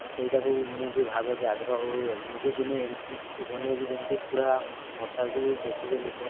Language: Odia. ସେଇଟାକୁ ମୁଁ ବି ଭାବେ ଯେ ଆଗ୍ରହ ହୁଏ ମୁଁ ବି ଦିନେ ଏମିତି କିଛି ବନେଇବି ଯେମିତି ପୁରା ମୋ ଟାକୁ ଦେଖିବେ ଲୋକ